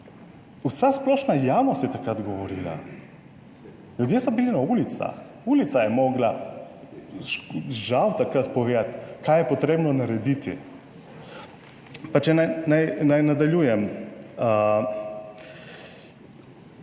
vsa splošna javnost je takrat govorila, ljudje so bili na ulicah, ulica je mogla žal takrat povedati, kaj je potrebno narediti. Pa če naj nadaljujem.